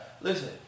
listen